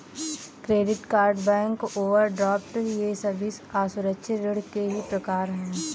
credit card bank overdraft ये सभी असुरक्षित ऋण के ही प्रकार है